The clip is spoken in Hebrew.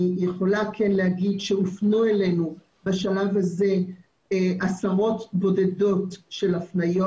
אני יכולה להגיד שהופנו אלינו בשלב הזה עשרות בודדות של הפניות.